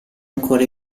ancora